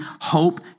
hope